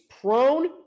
prone